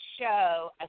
show